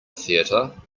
theater